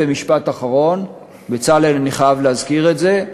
משפט אחרון, בצלאל, אני חייב להזכיר את זה.